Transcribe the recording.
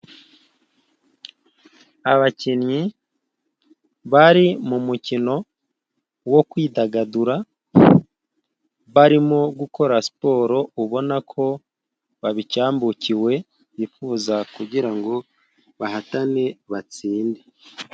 Abakinnyi bari mu mukino wo kwidagadura, barimo gukora siporo ubona ko babicyambukiwe, nifuza kugira ngo bahatane batsinde.